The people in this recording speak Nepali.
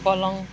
पलङ